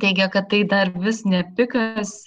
teigia kad tai dar vis ne pikas